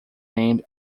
named